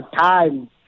time